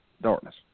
darkness